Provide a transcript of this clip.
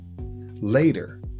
later